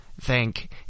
thank